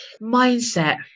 mindset